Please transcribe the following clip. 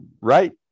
Right